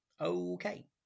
Okay